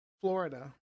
Florida